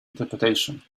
interpretation